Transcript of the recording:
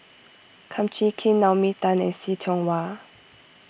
Kum Chee Kin Naomi Tan and See Tiong Wah